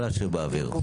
לא להשאיר באוויר.